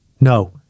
No